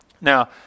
Now